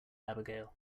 abigail